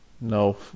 No